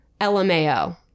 lmao